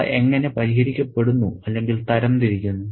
അവ എങ്ങനെ പരിഹരിക്കപ്പെടുന്നു അല്ലെങ്കിൽ തരം തിരിക്കുന്നു